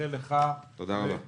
לאחל לך בהצלחה.